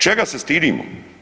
Čega se stidimo?